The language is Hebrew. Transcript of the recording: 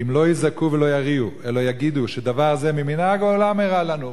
כי אם לא יזעקו ולא יריעו אלא יגידו שדבר זה ממנהג העולם אירע לנו,